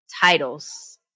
titles